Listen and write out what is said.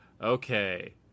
Okay